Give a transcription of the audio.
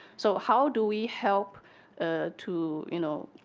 so how do we help to, you know,